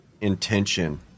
intention